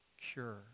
cure